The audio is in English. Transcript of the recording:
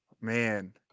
Man